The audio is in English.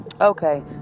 okay